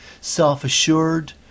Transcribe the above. self-assured